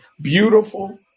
Beautiful